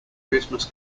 christmas